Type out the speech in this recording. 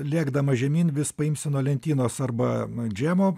lėkdama žemyn vis paimsi nuo lentynos arba džemo